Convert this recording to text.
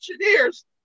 engineers